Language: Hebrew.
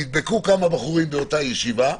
נדבקו כמה בחורים באותה ישיבה,